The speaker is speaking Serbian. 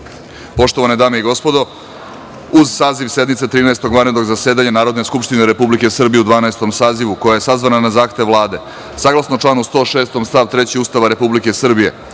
reda. Poštovane dame i gospodo, uz saziv sednice Trinaestog vanrednog zasedanja Narodne skupštine Republike Srbije u Dvanaestom sazivu, koja je sazvana na zahtev Vlade, saglasno članu 106. stav 3. Ustava Republike Srbije,